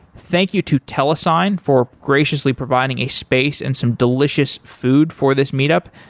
thank you to telesign for graciously providing a space and some delicious food for this meetup.